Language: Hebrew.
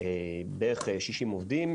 בערך 60 עובדים,